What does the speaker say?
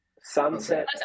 Sunset